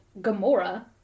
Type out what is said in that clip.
Gamora